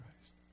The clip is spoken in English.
Christ